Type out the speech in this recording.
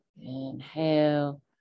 Inhale